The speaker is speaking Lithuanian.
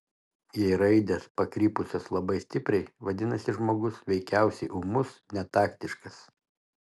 jei raidės pakrypusios labai stipriai vadinasi žmogus veikiausiai ūmus netaktiškas